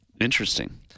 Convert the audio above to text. Interesting